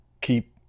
keep